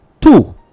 Two